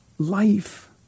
Life